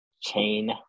Chain